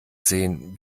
sehen